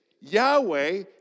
Yahweh